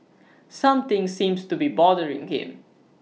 something seems to be bothering him